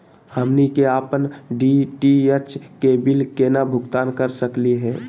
हमनी के अपन डी.टी.एच के बिल केना भुगतान कर सकली हे?